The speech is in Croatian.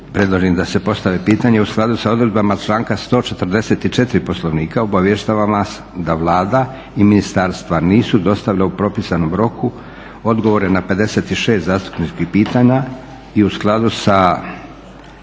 predložim da se postavi pitanje u skladu sa odredbama članka 144. Poslovnika obavještavam vas da Vlada i ministarstva nisu dostavila u propisanom roku odgovore na 56 zastupničkih pitanja i u skladu sa